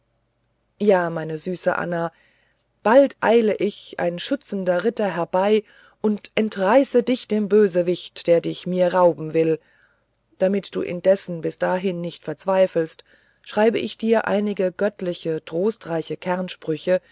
ja meine süße anna bald eile ich ein schützender ritter herbei und entreiße dich dem bösewicht der dich mir rauben will damit du indessen bis dahin nicht verzweifelst schreibe ich dir einige göttliche trostreiche